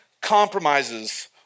compromises